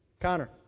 Connor